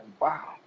Wow